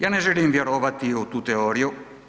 Ja ne želim vjerovati u tu teoriju.